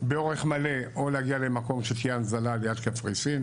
באורך מלא או להגיע למקום שתהיה הנזלה ליד קפריסין,